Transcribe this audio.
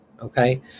Okay